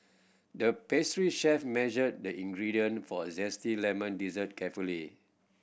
the pastry chef measured the ingredient for a zesty lemon dessert carefully